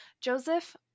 Joseph